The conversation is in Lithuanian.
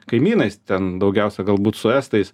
kaimynais ten daugiausia galbūt su estais